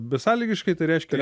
besąlygiškai tai reiškia